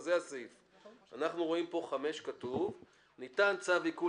אנחנו רואים פה ב-5: "ניתן צו עיקול